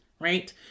right